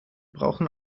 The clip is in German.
brauchen